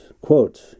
quote